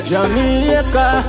Jamaica